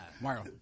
Mario